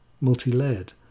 multi-layered